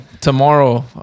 Tomorrow